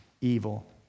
evil